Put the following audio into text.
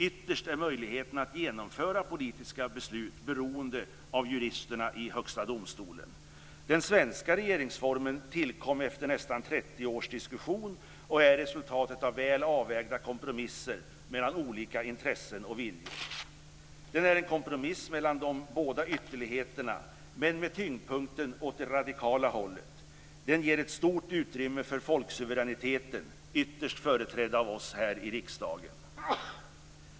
Ytterst är möjligheten att genomföra politiska beslut beroende av juristerna i högsta domstolen. 30 års diskussion och är resultatet av väl avvägda kompromisser mellan olika intressen och viljor. Den är en kompromiss mellan de båda ytterligheterna, men med tyngdpunkten åt det radikala hållet. Den ger ett stort utrymme för folksuveräniteten, ytterst företrädd av oss här i riksdagen.